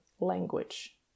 Language